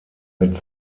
mit